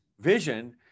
vision